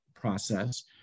process